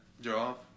job